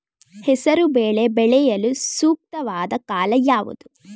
ಹೆಸರು ಬೇಳೆ ಬೆಳೆಯಲು ಸೂಕ್ತವಾದ ಕಾಲ ಯಾವುದು?